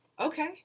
okay